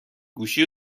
گوشی